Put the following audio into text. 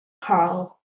Carl